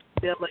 Billy